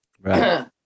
Right